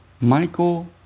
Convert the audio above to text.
Michael